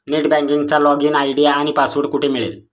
Net बँकिंगचा login ID आणि password कुठे मिळेल?